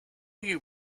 you